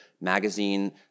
magazine